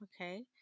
Okay